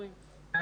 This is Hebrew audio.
כן.